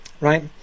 right